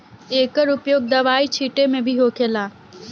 एकर उपयोग दवाई छींटे मे भी होखेला